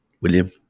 William